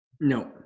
No